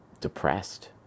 depressed